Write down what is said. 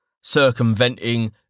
circumventing